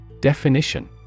Definition